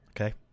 Okay